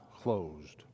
closed